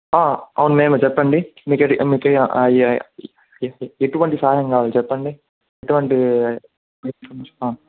అవును మేమే చెప్పండి మీకు ఏ మీకు ఏ ఎటువంటి సహాయం కావాలి చెప్పండి ఎటువంటి మీ